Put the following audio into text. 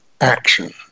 action